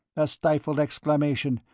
a stifled exclamation,